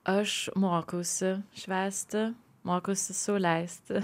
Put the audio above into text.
aš mokausi švęsti mokausi sau leisti